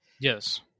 Yes